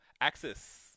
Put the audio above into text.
Axis